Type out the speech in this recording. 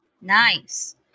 Nice